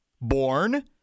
born